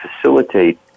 facilitate